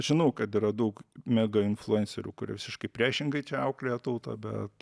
žinau kad yra daug mega influencerių kurie visiškai priešingai čia auklėja tautą bet